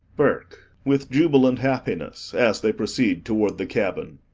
burke with jubilant happiness as they proceed toward the cabin.